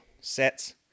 sets